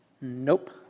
nope